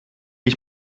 ich